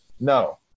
no